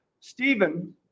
Stephen